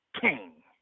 king